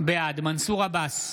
בעד מנסור עבאס,